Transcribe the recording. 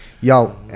Yo